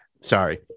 Sorry